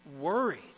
worried